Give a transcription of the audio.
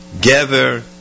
gever